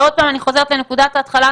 ועוד פעם אני חוזרת לנקודת ההתחלה,